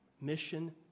Mission